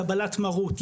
קבלת מרות,